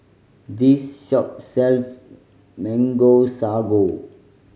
this shop sells Mango Sago